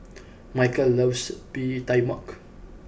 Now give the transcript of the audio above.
Mychal loves Bee Tai Mak